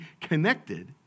connected